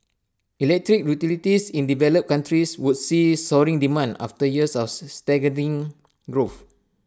Electric Utilities in developed countries would see soaring demand after years stagnating growth